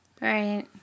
Right